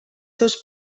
seus